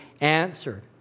answered